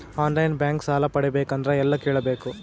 On line bank ಸಾಲ ಪಡಿಬೇಕಂದರ ಎಲ್ಲ ಕೇಳಬೇಕು?